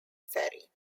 ferry